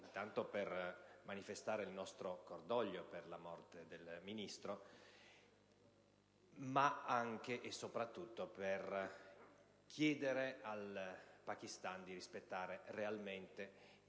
intanto per manifestare il nostro cordoglio per la morte del Ministro, ma anche e soprattutto per chiedere al Pakistan di rispettare realmente i